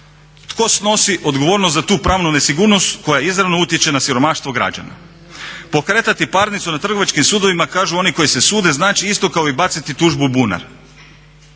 Tko snosi odgovornost za tu pravnu nesigurnost koja izravno utječe na siromaštvo građana? Pokretati parnicu na trgovačkim sudovima kažu oni koji se sude znači isto kao i baciti tužbu u bunar,